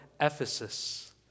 Ephesus